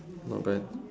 not bad